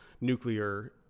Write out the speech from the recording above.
nuclear